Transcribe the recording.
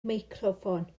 meicroffon